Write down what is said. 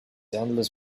endless